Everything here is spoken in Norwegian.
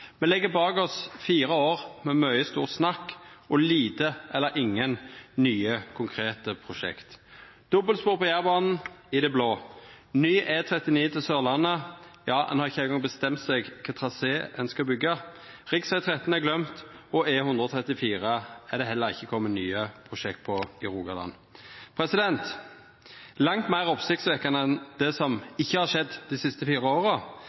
Me legg bak oss fire år med mykje stort snakk og lite eller ingen nye konkrete prosjekt. Dobbeltspor på Jærbanen – i det blå, ny E39 til Sørlandet – ja, ein har ikkje eingong bestemt kva trasé ein skal byggja, rv. 13 er gløymd, og E134 er det heller ikkje kome nye prosjekt på i Rogaland. Langt meir oppsiktsvekkjande enn det som ikkje har skjedd dei siste fire åra,